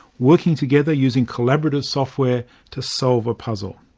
working together using collaborative software to solve a puzzle.